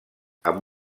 amb